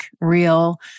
real